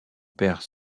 père